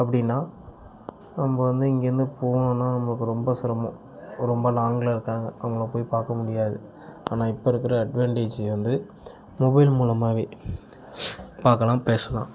அப்படின்னா நம்ம வந்து இங்கிருந்து போகணுன்னா நமக்கு ரொம்ப சிரமம் ரொம்ப லாங்கில் இருக்காங்க அவங்கள போய் பார்க்க முடியாது ஆனால் இப்போ இருக்கிற அட்வான்டேஜ் வந்து மொபைல் மூலமாகவே பார்க்கலாம் பேசலாம்